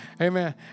Amen